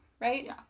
Right